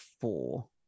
four